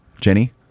Jenny